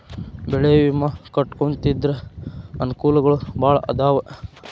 ಬೆಳೆ ವಿಮಾ ಕಟ್ಟ್ಕೊಂತಿದ್ರ ಅನಕೂಲಗಳು ಬಾಳ ಅದಾವ